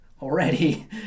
already